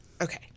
Okay